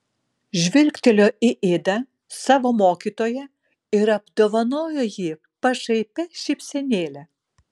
žvilgtelėjo į idą savo mokytoją ir apdovanojo jį pašaipia šypsenėle